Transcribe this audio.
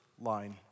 line